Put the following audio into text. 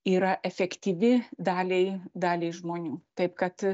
yra efektyvi daliai daliai žmonių taip kad